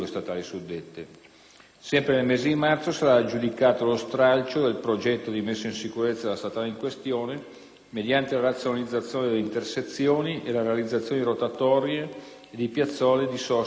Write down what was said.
Sempre nel mese di marzo, sarà aggiudicato lo stralcio del progetto di messa in sicurezza della statale in questione, mediante la razionalizzazione delle intersezioni e la realizzazione di rotatorie e di piazzole di sosta in Provincia di Ravenna.